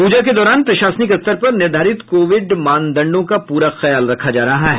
पूजा के दौरान प्रशासनिक स्तर पर निर्धारित कोविड मानदंडों का पूरा ख्याल रखा जा रहा है